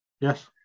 Yes